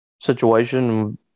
situation